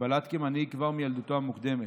ובלט כמנהיג כבר מילדותו המוקדמת.